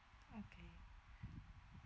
mmhmm